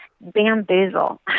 Bamboozle